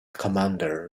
commander